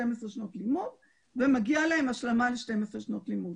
שנות לימוד ומגיעה להם השלמה ל-12 שנות לימוד,